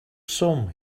swm